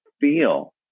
feel